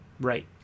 Right